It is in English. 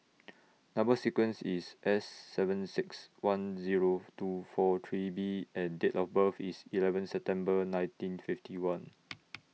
Number sequence IS S seven six one Zero two four three B and Date of birth IS eleven September nineteen fifty one